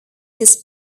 this